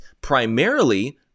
primarily